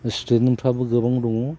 स्टुदेन्टफ्राबो गोबां दङ